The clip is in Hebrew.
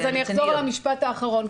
אז אני אחזור על המשפט האחרון.